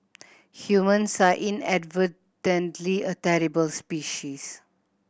humans are inadvertently a terrible species